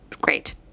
great